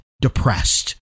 depressed